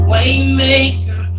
Waymaker